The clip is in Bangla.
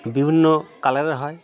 বিভিন্ন কালারের হয়